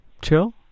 chill